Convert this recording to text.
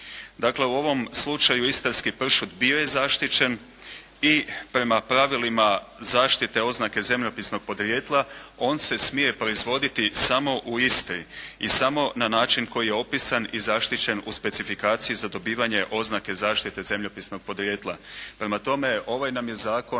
Dakle, u ovom slučaju istarski pršut bio je zaštićen i prema pravilima zaštite oznake zemljopisnog podrijetla on se smije proizvoditi samo u Istri i samo na način koji je opisan i zaštićen u specifikaciji za dobivanje oznake zaštite zemljopisnog podrijetla. Prema tome, ovaj nam je zakon